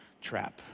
trap